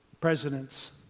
Presidents